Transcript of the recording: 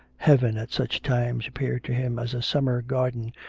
heaven at such times appeared to him as a summer garden,